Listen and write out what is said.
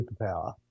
superpower